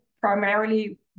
primarily